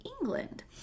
England